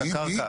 הסקירה.